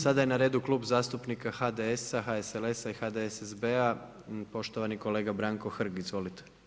Sada je na redu Klub zastupnika HDS-a, HSLS-a i HDSSB-a, poštovani kolega Branko Hrg, izvolite.